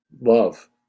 love